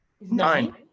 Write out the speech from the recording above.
nine